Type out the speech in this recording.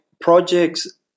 projects